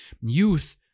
Youth